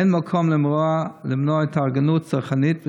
אין מקום למנוע התארגנות צרכנית,